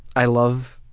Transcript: i love